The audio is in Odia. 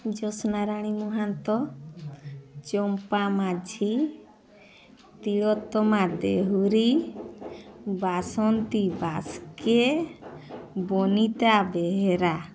ଜୋସ୍ନାରାଣୀ ମହାନ୍ତ ଚମ୍ପା ମାଝୀ ତିଳୋତମା ଦେହୁରୀ ବାସନ୍ତି ବାସକେ ବନିତା ବେହେରା